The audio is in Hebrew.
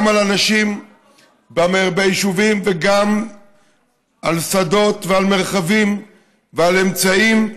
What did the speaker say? גם על אנשים ביישובים וגם על שדות ועל מרחבים ועל אמצעים.